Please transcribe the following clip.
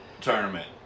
Tournament